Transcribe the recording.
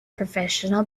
professional